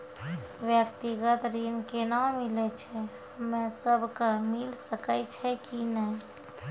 व्यक्तिगत ऋण केना मिलै छै, हम्मे सब कऽ मिल सकै छै कि नै?